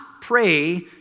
pray